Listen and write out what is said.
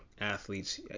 athletes